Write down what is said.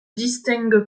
distingue